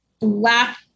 black